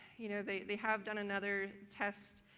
you know, they they have done another test